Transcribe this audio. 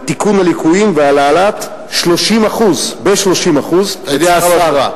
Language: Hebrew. על תיקון הליקויים ועל העלאה של שכר הדירה ב-30% כבוד השר,